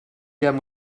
gem